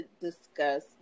discuss